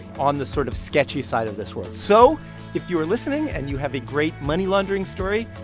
on the sort of sketchy side of this world. so if you are listening, and you have a great money laundering story,